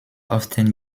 often